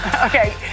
Okay